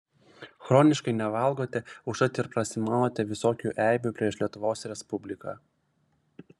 chroniškai nevalgote užtat ir prasimanote visokių eibių prieš lietuvos respubliką